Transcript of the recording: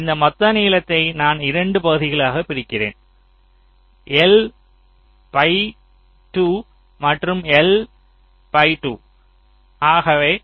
இந்த மொத்த நீளத்தை நான் 2 பகுதிகளாக பிரிக்கிறேன் L பை 2 மற்றும் L பை 2